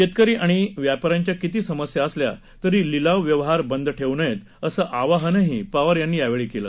शेतकरी आणि व्यापाऱ्यांच्या किती समस्या असल्या तरी लिलाव व्यवहार बंद ठेवू नयेत असं आवाहनही पवार यांनी यावेळी केलं